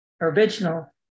original